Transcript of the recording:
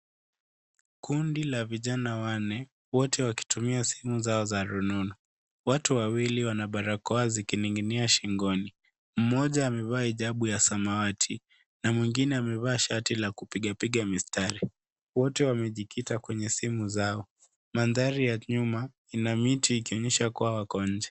Kundi la vijana wanne, wote wakitumia simu zao za rununu. Watu wawili wana barakoa zikining'inia shingoni. Mmoja amevaa hijabu ya samawati na mwingine amevaa shati la kupiga piga mistari. Wote wamejikita kwenye simu zao. Mandhari ya nyuma ina miti ikionyesha kuwa wako nje.